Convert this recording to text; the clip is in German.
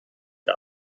der